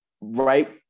right